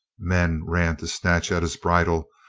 men ran to snatch at his bridle,